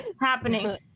happening